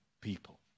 people